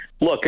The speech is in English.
Look